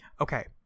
Okay